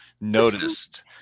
noticed